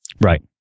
Right